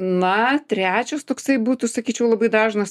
na trečias toksai būtų sakyčiau labai dažnas